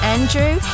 Andrew